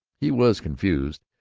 he was confused.